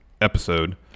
episode